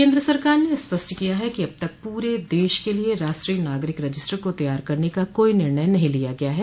केन्द्र सरकार ने स्पष्ट किया है कि अब तक पूरे देश के लिए राष्ट्रीय नागरिक रजिस्टर को तैयार करने का कोई निर्णय नहीं लिया गया है